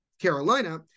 Carolina